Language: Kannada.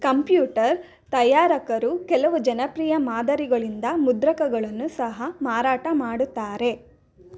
ಕಂಪ್ಯೂಟರ್ ತಯಾರಕರು ಕೆಲವು ಜನಪ್ರಿಯ ಮಾದರಿಗಳಿಂದ ಮುದ್ರಕಗಳನ್ನು ಸಹ ಮಾರಾಟ ಮಾಡುತ್ತಾರೆ